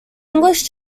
english